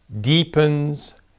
deepens